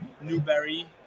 Newberry